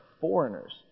foreigners